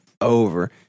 over